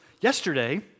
yesterday